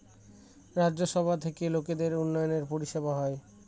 রাজ্য সভা থেকে লোকদের উন্নয়নের পরিষেবা হয়